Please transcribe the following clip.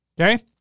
Okay